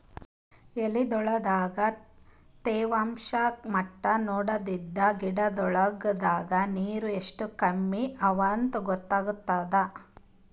ಎಲಿಗೊಳ್ ದಾಗ ತೇವಾಂಷ್ ಮಟ್ಟಾ ನೋಡದ್ರಿನ್ದ ಗಿಡಗೋಳ್ ದಾಗ ನೀರ್ ಎಷ್ಟ್ ಕಮ್ಮಿ ಅವಾಂತ್ ಗೊತ್ತಾಗ್ತದ